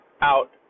out